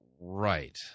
Right